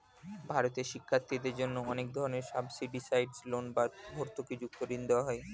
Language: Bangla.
ভারতে শিক্ষার্থীদের জন্য অনেক ধরনের সাবসিডাইসড লোন বা ভর্তুকিযুক্ত ঋণ দেওয়া হয়